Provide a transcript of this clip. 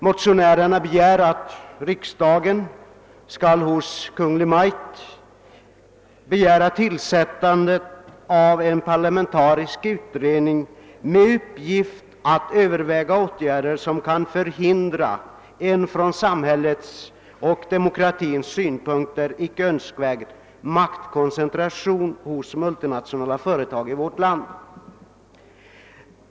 Motionärerna hemställer att riksdagen skall hos Kungl. Maj:t begära »tillsättande av en parlamentarisk utredning med uppgift att överväga åtgärder som kan förhindra en från samhällets och demokratins synpunkter icke önskvärd maktkoncentration hos multinationella företag i vårt land».